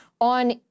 on